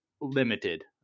limited